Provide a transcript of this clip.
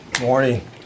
Morning